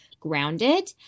grounded